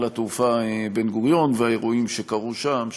התעופה בן-גוריון והאירועים שקרו שם,